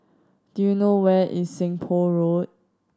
do you know where is Seng Poh Road